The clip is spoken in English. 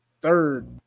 third